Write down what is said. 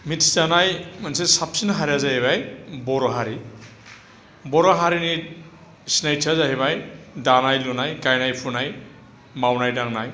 मिथिजानाय मोनसे साबसिन हारिया जाहैबाय बर' हारि बर' हारिनि सिनायथिया जाहैबाय दानाय लुनाय गायनाय फुनाय मावनाय दांनाय